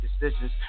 decisions